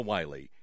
Wiley